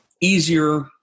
easier